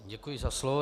Děkuji za slovo.